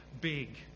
big